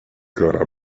kara